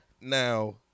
Now